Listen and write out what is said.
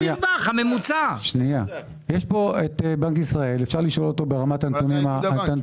נמצא פה נציג בנק ישראל ואפשר לשאול אותו ברמת הנתונים.